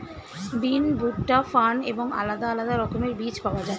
বিন, ভুট্টা, ফার্ন এবং আলাদা আলাদা রকমের বীজ পাওয়া যায়